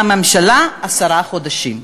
והממשלה, עשרה חודשים.